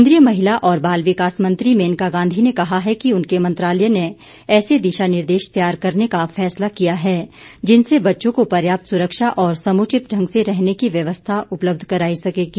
केंद्रीय महिला और बाल विकास मंत्री मेनका गांधी ने कहा है कि उनके मंत्रालय ने ऐसे दिशा निर्देश तैयार करने का फैसला किया है जिनसे बच्चों को पर्याप्त सुरक्षा और समुचित ढंग से रहने की व्यवस्था उपलब्ध कराई सकेगी